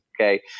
Okay